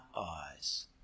eyes